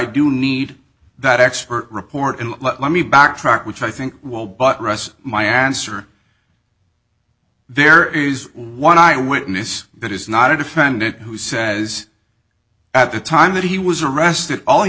do need that expert report and let me backtrack which i think will but rest my answer there is one eyewitness that is not a defendant who says at the time that he was arrested all he